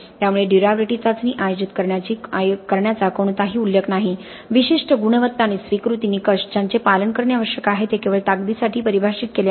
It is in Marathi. त्यामुळे ड्युर्याबिलिटी चाचणी आयोजित करण्याचा कोणताही उल्लेख नाही विशिष्ट गुणवत्ता आणि स्वीकृती निकष ज्यांचे पालन करणे आवश्यक आहे ते केवळ ताकदीसाठी परिभाषित केले आहेत